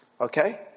Okay